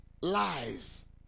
lies